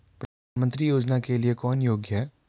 प्रधानमंत्री योजना के लिए कौन योग्य है?